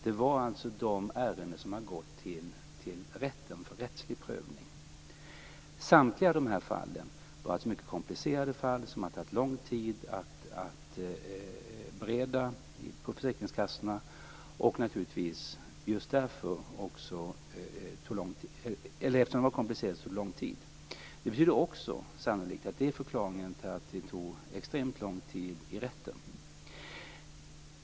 Det var fråga om ärenden som gått till rättslig prövning. Samtliga dessa fall var mycket komplicerade och hade därför tagit lång tid att bereda på försäkringskassorna. Det är sannolikt också förklaringen till att de tog extremt lång tid i rätten.